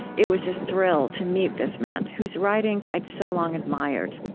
it was a thrill to meet this man, whose writings i'd so long admired.